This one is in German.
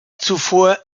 zuvor